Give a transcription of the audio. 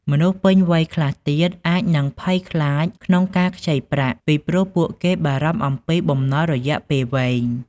មនុស្សពេញវ័យខ្លះទៀតអាចនឹងភ័យខ្លាចក្នុងការខ្ចីប្រាក់ ពីព្រោះពួកគេបារម្ភអំពីបំណុលរយៈពេលវែង។